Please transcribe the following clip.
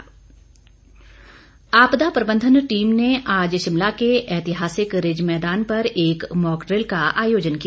mock drill आपदा प्रबंधन team ने आज शिमला के ऐतिहासिक रिज मैदान पर एक मॉकड्रिल का आयोजन किया